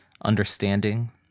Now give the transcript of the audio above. understanding